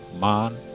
man